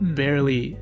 barely